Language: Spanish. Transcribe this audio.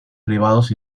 privados